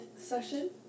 session